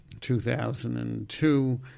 2002